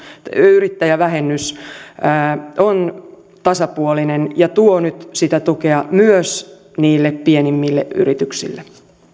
yrittäjävähennys on tasapuolinen ja tuo nyt tukea myös niille pienimmille yrityksille